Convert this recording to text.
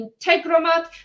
Integromat